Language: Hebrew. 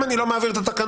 אם אני לא מעביר את התקנות,